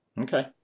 okay